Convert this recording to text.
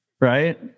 Right